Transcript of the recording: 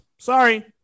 Sorry